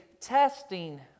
testing